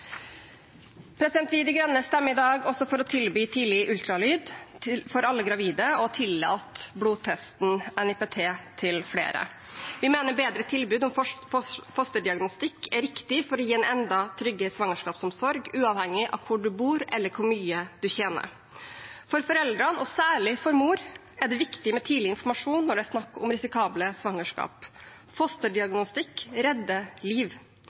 Vi i De Grønne stemmer i dag også for å tilby tidlig ultralyd for alle gravide og å tillate blodtesten NIPT til flere. Vi mener bedre tilbud om fosterdiagnostikk er riktig for å gi en enda tryggere svangerskapsomsorg, uavhengig av hvor du bor, eller hvor mye du tjener. For foreldrene, og særlig for mor, er det viktig med tidlig informasjon når det er snakk om risikable svangerskap. Fosterdiagnostikk redder liv,